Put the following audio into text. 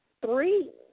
three